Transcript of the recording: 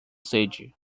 sede